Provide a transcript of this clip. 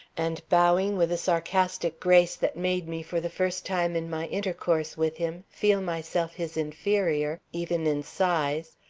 and, bowing with a sarcastic grace that made me for the first time in my intercourse with him feel myself his inferior, even in size,